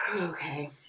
okay